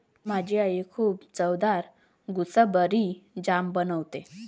माझी आई खूप चवदार गुसबेरी जाम बनवते